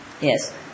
Yes